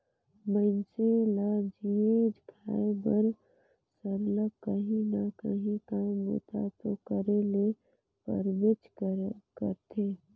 मइनसे ल जीए खाए बर सरलग काहीं ना काहीं काम बूता दो करे ले परबेच करथे